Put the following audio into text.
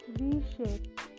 V-shape